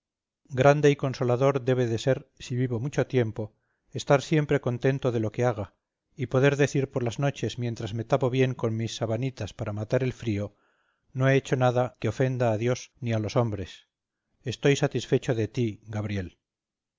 grande y consolador debe de ser si vivo mucho tiempo estar siempre contento de lo que haga y poder decir por las noches mientras me tapo bien con mis sabanitas para matar el frío no he hecho nada que ofenda a dios ni a los hombres estoy satisfecho de ti gabriel